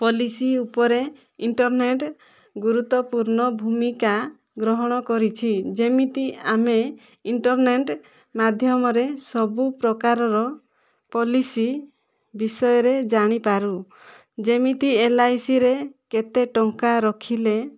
policy ଉପରେ internet ଗୁରୁତ୍ଵପୂର୍ଣ୍ଣ ଭୂମିକା ଗ୍ରହଣ କରିଛି ଯେମିତି ଆମେ ଇଣ୍ଟରନେଟ୍ ମାଧ୍ୟମରେ ସବୁ ପ୍ରକାରର ପଲିସି ବିଷୟରେ ଜାଣିପାରୁ ଯେମିତି ଏଲ୍ ଆଇ ସି ରେ କେତେ ଟଙ୍କା ରଖିଲେ